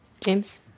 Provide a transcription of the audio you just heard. James